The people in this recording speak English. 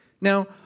Now